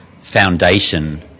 foundation